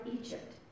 Egypt